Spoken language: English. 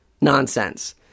nonsense